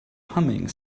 humming